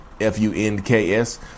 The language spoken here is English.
F-U-N-K-S